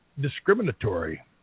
discriminatory